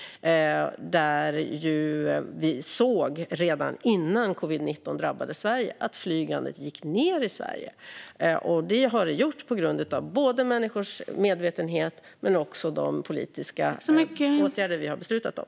Vi såg redan innan covid-19 drabbade Sverige att flygandet gick ned i Sverige. Det har det gjort på grund av människors medvetenhet men också på grund av de politiska åtgärder vi har beslutat om.